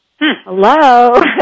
Hello